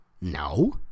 No